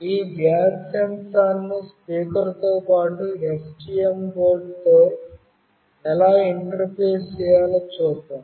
ఈ గ్యాస్ సెన్సార్ను స్పీకర్తో పాటు STM బోర్డ్తో ఎలా ఇంటర్ఫేస్ చేయాలో చూద్దాం